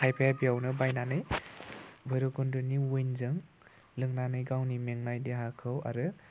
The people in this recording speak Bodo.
खायफाया बेयावनो बायनानै भैरबकुन्द'नि विन्दजों लोंनानै गावनि मेंनाय देहाखौ आरो